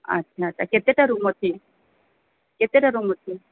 ଆଚ୍ଛା ଆଚ୍ଛା କେତେଟା ରୁମ୍ ଅଛି କେତେଟା ରୁମ୍ ଅଛି